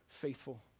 faithful